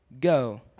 go